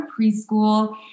preschool